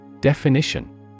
Definition